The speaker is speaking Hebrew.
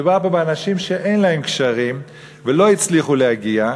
מדובר פה באנשים שאין להם קשרים ולא הצליחו להגיע,